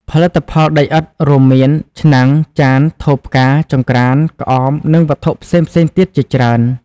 ផលិតផលដីឥដ្ឋរួមមាន ឆ្នាំង ចាន ថូផ្កា ចង្រ្កាន ក្អម និងវត្ថុផ្សេងៗទៀតជាច្រើន។